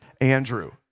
Andrew